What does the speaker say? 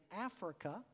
Africa